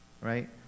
right